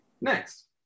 next